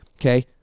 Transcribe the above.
Okay